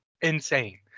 insane